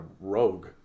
rogue